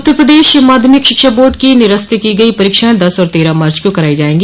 उत्तर प्रदेश माध्यमिक शिक्षा बोर्ड की निरस्त की गई परीक्षाएं दस और तेरह मार्च को कराई जायेंगी